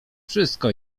wszystko